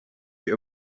you